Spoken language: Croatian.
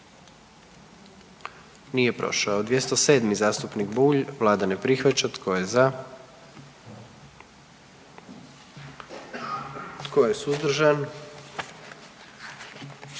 44. Kluba zastupnika SDP-a, vlada ne prihvaća. Tko je za? Tko je suzdržan?